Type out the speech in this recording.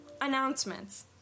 announcements